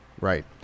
right